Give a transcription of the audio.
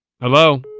Hello